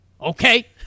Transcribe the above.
okay